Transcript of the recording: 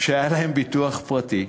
שהיה להם ביטוח פרטי.